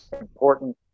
important